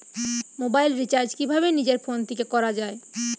Mobile recharge কিভাবে নিজের phone থেকে করা য়ায়?